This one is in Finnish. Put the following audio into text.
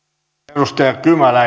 arvoisa